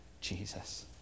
Jesus